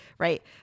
Right